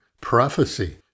prophecy